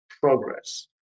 progress